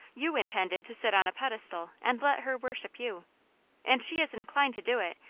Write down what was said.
you intended to sit on a pedestal and let her worship you and she is inclined to do it,